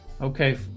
Okay